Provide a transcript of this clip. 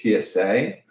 PSA